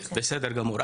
בסדר גמור.